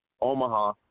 Omaha